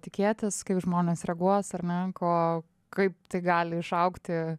tikėtis kaip žmonės reaguos ar ne ko kaip tai gali išaugti